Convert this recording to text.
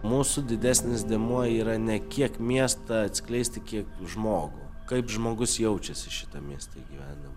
mūsų didesnis dėmuo yra ne kiek miestą atskleisti kiek žmogų kaip žmogus jaučiasi šitam mieste gyvendam